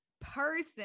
person